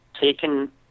taken